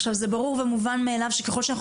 עכשיו זה ברור ומובן מאליו שככול שאנחנו